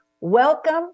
Welcome